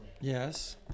Yes